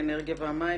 האנרגיה והמים,